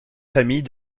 famille